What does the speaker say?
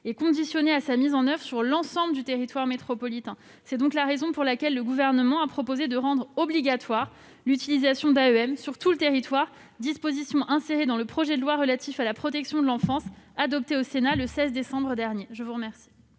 est conditionnée à sa mise en oeuvre sur l'ensemble du territoire métropolitain. C'est la raison pour laquelle le Gouvernement a proposé de rendre obligatoire l'utilisation du fichier AEM sur tout le territoire, disposition insérée dans le projet de loi relatif à la protection des enfants, adopté au Sénat le 15 décembre dernier. La parole